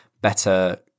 better